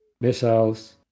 missiles